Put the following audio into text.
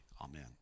Amen